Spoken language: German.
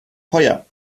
teuer